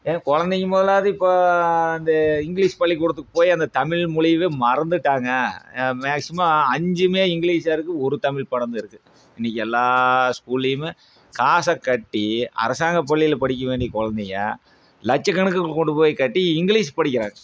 எங்க குழந்தைங்க முதலாவது இப்போ அந்த இங்கிலீஷ் பள்ளி கூடத்துக்கு போய் அந்த தமிழ் மொழியவே மறந்துட்டாங்க மேக்ஸிமம் அஞ்சுமே இங்கிலீஷா இருக்குது ஒரு தமிழ் பாடம் இருக்குது இன்றைக்கி எல்லா ஸ்கூலியுமே காசை கட்டி அரசாங்க பள்ளியில் படிக்க வேண்டிய குழந்தைங்க லச்ச கணக்குக்கு கொண்டு போய் கட்டி இங்கிலீஷ் படிக்கிறாங்க